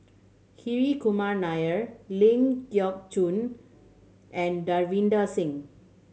Hri Kumar Nair Ling Geok Choon and Davinder Singh